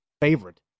favorite